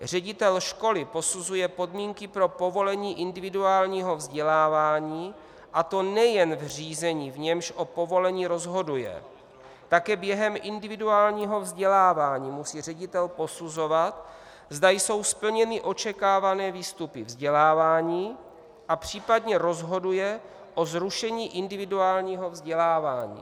Ředitel školy posuzuje podmínky pro povolení individuálního vzdělávání, a to nejen v řízení, v němž o povolení rozhoduje, ale během individuálního vzdělávání musí také ředitel posuzovat, zda jsou splněny očekávané výstupy vzdělávání, a případně rozhoduje o zrušení individuálního vzdělávání.